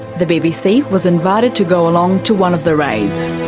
the bbc was invited to go along to one of the raids.